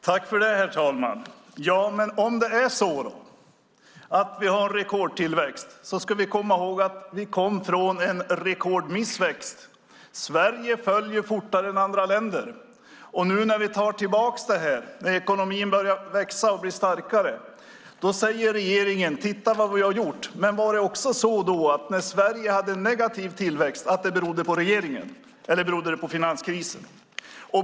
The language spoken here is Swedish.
Herr talman! Om vi nu har en rekordtillväxt ska vi komma ihåg att vi kom från en rekordmissväxt. Sverige föll fortare än andra länder, och när vi nu tar tillbaka det och ekonomin börjar växa och bli starkare säger regeringen: Titta vad vi har gjort! Men berodde det också på regeringen när Sverige hade en negativ tillväxt, eller berodde det på finanskrisen?